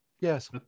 Yes